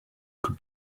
could